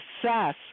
success